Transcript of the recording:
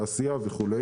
תעשייה וכו',